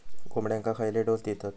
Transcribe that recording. कोंबड्यांक खयले डोस दितत?